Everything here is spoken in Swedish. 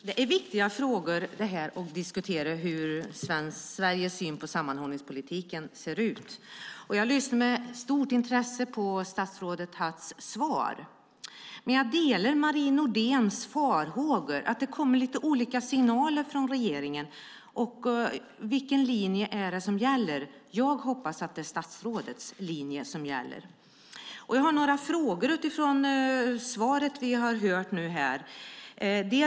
Herr talman! Sveriges syn på sammanhållningspolitiken är en viktig fråga att diskutera. Jag lyssnade med stort intresse på statsrådet Hatts svar. Men jag delar Marie Nordéns farhågor. Det kommer lite olika signaler från regeringen. Vilken linje är det som gäller? Jag hoppas att det är statsrådets linje som gäller. Jag har några frågor utifrån det svar vi här hört.